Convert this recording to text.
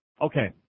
Okay